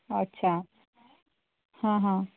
अच्छा हां हां